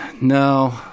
No